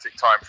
time